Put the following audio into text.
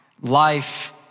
Life